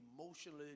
emotionally